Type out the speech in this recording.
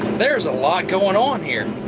there's a lot going on here!